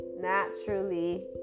naturally